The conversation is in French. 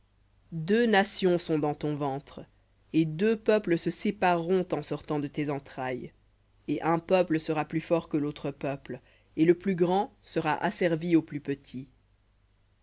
deux nations sont dans ton ventre et deux peuples se sépareront en sortant de tes entrailles et un peuple sera plus fort que l'autre peuple et le plus grand sera asservi au plus petit